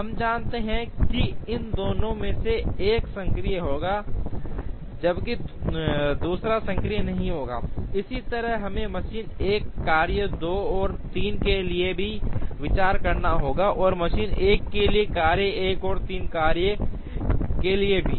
हम जानते हैं कि इन दोनों में से एक सक्रिय होगा जबकि दूसरा सक्रिय नहीं होगा इसी तरह हमें मशीन 1 कार्यो 2 और 3 के लिए भी विचार करना होगा और मशीन 1 के लिए कार्य 1 और कार्य 3 के लिए भी